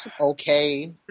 Okay